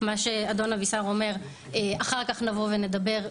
מה שאדון אבישר אומר - אחר כך נבוא ונדבר,